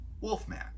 wolfman